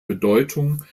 bedeutung